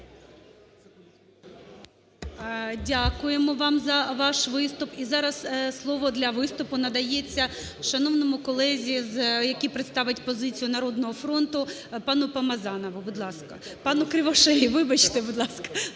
Дякуємо вам за ваш виступ. І зараз слово для виступу надається шановному колезі, який представить позицію "Народного фронту", пану